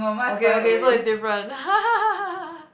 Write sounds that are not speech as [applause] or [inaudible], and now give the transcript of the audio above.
okay okay so it's different [laughs]